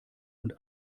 und